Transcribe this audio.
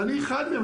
ואני אחד מהם,